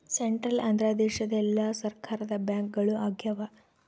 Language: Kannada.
ಸೆಂಟ್ರಲ್ ಅಂದ್ರ ದೇಶದ ಎಲ್ಲಾ ಸರ್ಕಾರದ ಬ್ಯಾಂಕ್ಗಳು ಆಗ್ಯಾವ